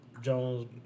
Jones